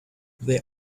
they